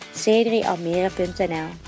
c3almere.nl